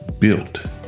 built